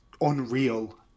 unreal